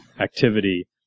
activity